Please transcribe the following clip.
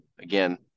again